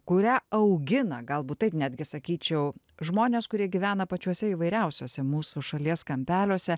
kurią augina galbūt taip netgi sakyčiau žmonės kurie gyvena pačiuose įvairiausiuose mūsų šalies kampeliuose